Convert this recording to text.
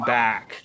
back